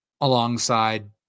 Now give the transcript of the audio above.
alongside